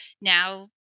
now